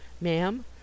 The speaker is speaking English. ma'am